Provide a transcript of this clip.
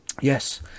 yes